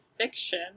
Fiction